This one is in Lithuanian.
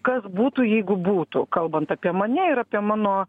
kas būtų jeigu būtų kalbant apie mane ir apie mano